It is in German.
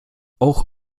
auch